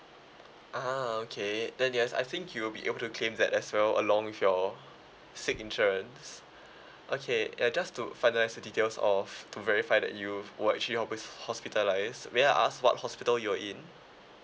ah okay then yes I think you will be able to claim that as well along with your sick insurance okay and just to finalise the details of to verify that you were actually hospi~ hospitalised may I ask what hospital you're in